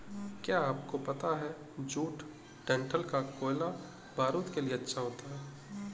क्या आपको पता है जूट डंठल का कोयला बारूद के लिए अच्छा होता है